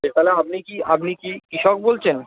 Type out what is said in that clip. এখানে আপনি কি আপনি কি কৃষক বলছেন